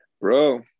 bro